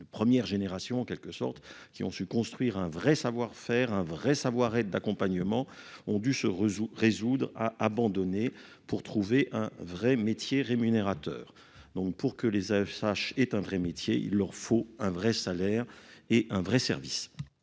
nos premières générations en quelque sorte, qui ont su construire un vrai savoir-faire un vrai savoir-et d'accompagnement ont dû se résout résoudre à abandonner pour trouver un vrai métier rémunérateur donc pour que les Oeuvres sache est un vrai métier, il leur faut un vrai salaire et un vrai service.